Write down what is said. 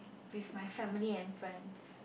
with my family and friends